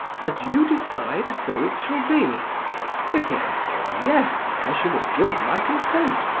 as you decide, so it shall be if he had said yes, i should have given my consent!